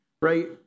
right